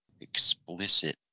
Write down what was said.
explicit